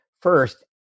First